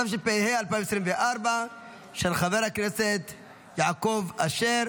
התשפ"ה 2024 של חבר הכנסת יעקב אשר.